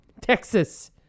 Texas